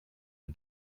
the